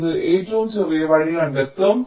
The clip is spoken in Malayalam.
ഇത് ഏറ്റവും ചെറിയ വഴി കണ്ടെത്തും